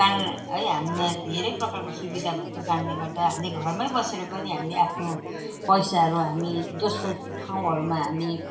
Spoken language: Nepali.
कारण है हामीमा धेरै प्रकारको सुविधा भएको कारणले गर्दा हामीले घरमा बसेर पनि हामीले आफ्नो पैसाहरू हामी दोस्रो ठाउँहरूमा हामी